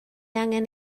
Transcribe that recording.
angen